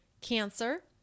Cancer